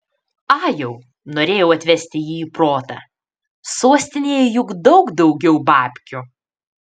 ajau norėjau atvesti jį į protą sostinėje juk daug daugiau babkių